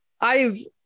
I've-